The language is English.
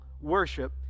worship